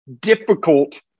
difficult